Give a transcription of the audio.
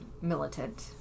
militant